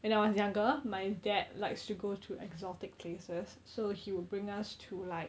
when I was younger my dad likes to go to exotic places so he will bring us to like